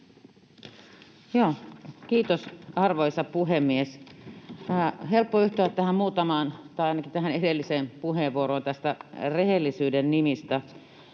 Kiitos, arvoisa puhemies! Helppo yhtyä näihin muutamaan tai ainakin tähän edelliseen puheenvuoroon rehellisyyden nimistä.